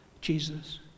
Jesus